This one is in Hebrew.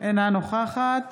אינה נוכחת